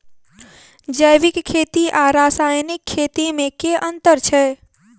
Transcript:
जैविक खेती आ रासायनिक खेती मे केँ अंतर छै?